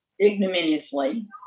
ignominiously